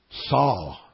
saw